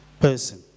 person